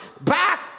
back